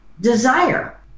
desire